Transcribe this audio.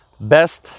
best